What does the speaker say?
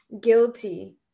guilty